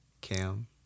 Cam